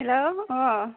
hello अ